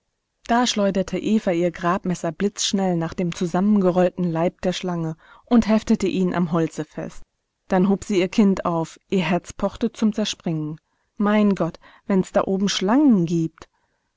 da schleuderte eva ihr grabmesser blitzschnell nach dem zusammengerollten leib der schlange und heftete ihn am holze fest dann hob sie ihr kind auf ihr herz pochte zum zerspringen mein gott wenn's da oben schlangen gibt